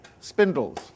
spindles